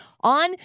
on